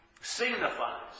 signifies